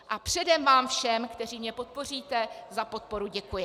A předem vám všem, kteří mě podpoříte, za podporu děkuji.